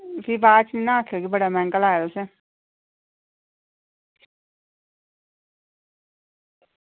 भी बाद च नना आक्खेओ की बड़ा मैहंगा लाया तुसें